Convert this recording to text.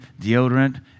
deodorant